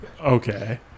Okay